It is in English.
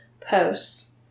posts